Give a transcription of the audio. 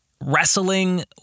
wrestling